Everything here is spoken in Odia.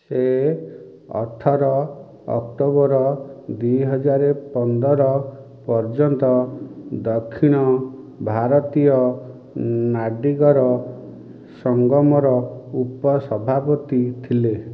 ସେ ଅଠର ଅକ୍ଟୋବର୍ ଦୁଇ ହଜାର ପନ୍ଦର ପର୍ଯ୍ୟନ୍ତ ଦକ୍ଷିଣ ଭାରତୀୟ ନାଡ଼ିଗର ସଙ୍ଗମର ଉପ ସଭାପତି ଥିଲେ